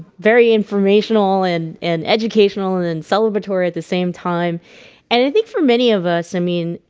very informational and and educational and and celebratory at the same time and i think for many of us i mean,